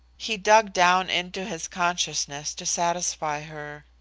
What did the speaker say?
he dug down into his consciousness to satisfy her.